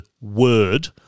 word